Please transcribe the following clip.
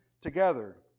together